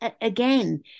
again